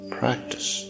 practice